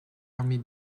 army